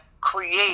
create